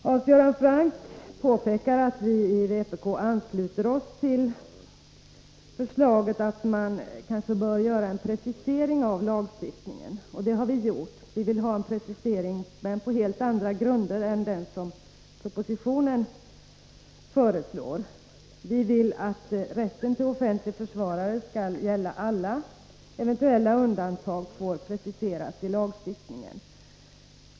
Hans Göran Franck påpekar att vi i vpk ansluter oss till förslaget om att måhända precisera lagtexten. Det är också vad vi vill. Vi vill ha en precisering, men på helt andra grunder än dem som föreslås i propositionen. Vi anser att rätten till offentlig försvarare skall gälla alla. Eventuella undantag får preciseras i lagtexten.